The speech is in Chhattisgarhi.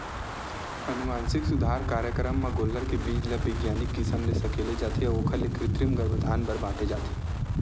अनुवांसिक सुधार कारयकरम म गोल्लर के बीज ल बिग्यानिक किसम ले सकेले जाथे अउ ओखर ले कृतिम गरभधान बर बांटे जाथे